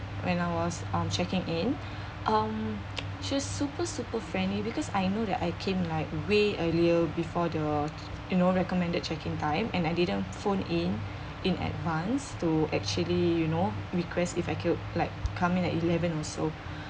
when I was um checking in um she's super super friendly because I know that I came like way earlier before the you know recommended check in time and I didn't phone in in advance to actually you know request if I can like coming like eleven also